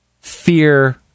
fear